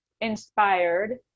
inspired